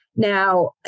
Now